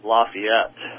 Lafayette